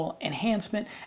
enhancement